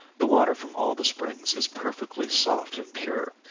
the water from all the springs is perfectly soft and pure.